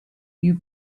you